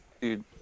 Dude